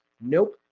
nope